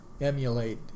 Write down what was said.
emulate